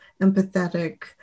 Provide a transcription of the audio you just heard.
empathetic